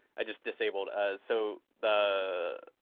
i just disabled. ah so the,